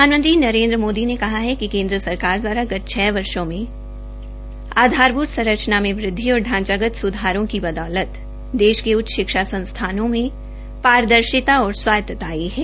प्रधानमंत्री नरेन्द्र मोदी ने कहा है कि केन्द्र सरकार द्वारा गत छ वर्षो में आधारभूत संरचना में वृद्धि और ांचागत सुधारों की बदौलत देश के उच्च शिक्षा संस्थानों में पारदर्शिता और स्वायत्ता आई है